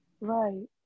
Right